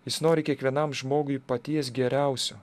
jis nori kiekvienam žmogui paties geriausio